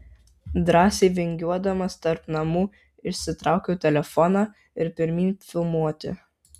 drąsiai vingiuodamas tarp namų išsitraukiau telefoną ir pirmyn filmuoti